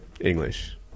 English